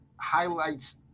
highlights